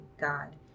God